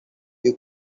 you